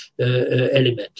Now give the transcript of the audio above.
element